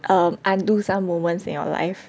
um undo some moments in your life